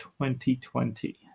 2020